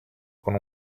con